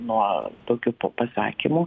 nuo tokių pasakymų